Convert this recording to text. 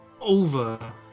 over